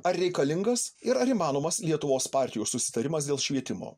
ar reikalingas ir ar įmanomas lietuvos partijų susitarimas dėl švietimo